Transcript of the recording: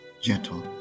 gentle